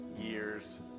years